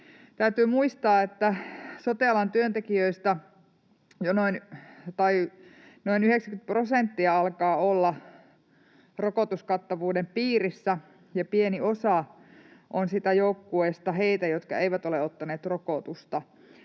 Täytyy muistaa, että sote-alan työntekijöistä jo noin 90 prosenttia alkaa olla rokotuskattavuuden piirissä ja pieni osa on siitä joukkueesta heitä, jotka eivät ole ottaneet rokotusta.